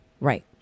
Right